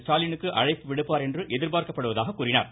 ஸ்டாலினுக்கு அழைப்பு விடுப்பார் என எதிர்பார்க்கப்படுவதாக கூறினார்